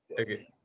Okay